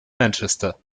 manchester